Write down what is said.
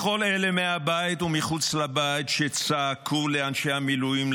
לכל אלה מהבית ומחוץ לבית שצעקו לאנשי המילואים,